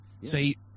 See